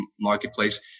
marketplace